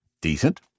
Decent